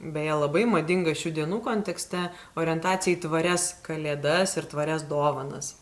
beje labai madinga šių dienų kontekste orientacija į tvarias kalėdas ir tvarias dovanas